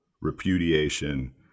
repudiation